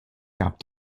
gab